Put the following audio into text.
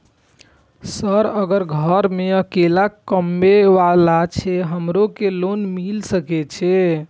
Sir अगर घर में अकेला कमबे वाला छे हमरो के लोन मिल सके छे?